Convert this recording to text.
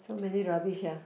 so many rubbish ah